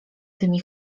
tymi